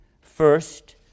First